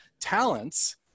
talents